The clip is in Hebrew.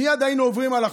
מייד היינו עוברים על החוק.